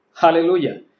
Hallelujah